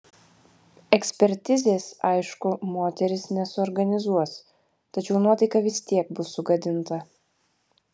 ekspertizės aišku moteris nesuorganizuos tačiau nuotaika vis tiek bus sugadinta